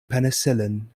penicillin